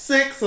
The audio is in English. Six